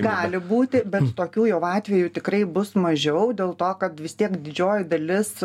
gali būti bet tokių jau atvejų tikrai bus mažiau dėl to kad vis tiek didžioji dalis